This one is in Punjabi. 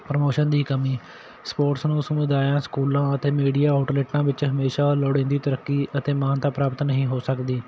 ਪ੍ਰਮੋਸ਼ਨ ਦੀ ਕਮੀ ਸਪੋਰਟਸ ਨੂੰ ਸੁਮਦਾਇਆਂ ਸਕੂਲਾਂ ਅਤੇ ਮੀਡੀਆ ਆਊਟਲੈਟਾਂ ਵਿੱਚ ਹਮੇਸ਼ਾਂ ਲੋੜੀਂਦੀ ਤਰੱਕੀ ਅਤੇ ਮਾਨਤਾ ਪ੍ਰਾਪਤ ਨਹੀਂ ਹੋ ਸਕਦੀ